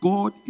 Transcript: God